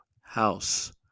house